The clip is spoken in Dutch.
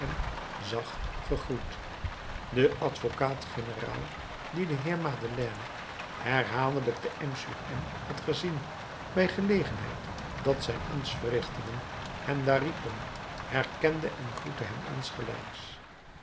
zag gegroet de advocaat-generaal die den heer madeleine herhaaldelijk te m sur m had gezien bij gelegenheid dat zijn ambtsverrichtingen hem daar riepen herkende en groette hem insgelijks